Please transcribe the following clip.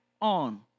on